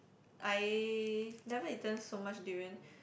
I never eaten so much durians